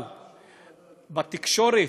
בתקשורת,